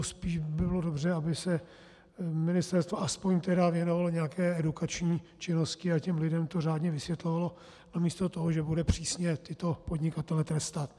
Spíš by bylo dobře, aby se ministerstvo aspoň tedy věnovalo nějaké edukační činnosti a těm lidem to řádně vysvětlovalo namísto toho, že bude přísně tyto podnikatele trestat.